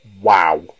Wow